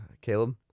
Caleb